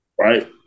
right